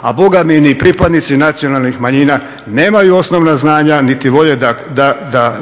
a bogami ni pripadnici nacionalnih manjina nemaju osnovnih znanja niti volje